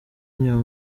inyuma